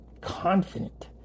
Confident